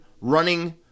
running